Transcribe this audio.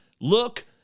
look